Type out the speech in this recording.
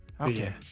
Okay